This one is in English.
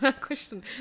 question